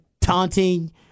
taunting